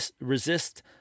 resist